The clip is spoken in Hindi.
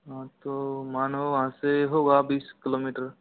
हाँ तो मानो वहाँ से होगा बीस किलोमीटर